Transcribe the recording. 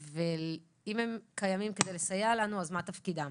אם הם קיימים כדי לסייע לנו, מה תפקידם?